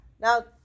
Now